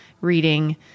reading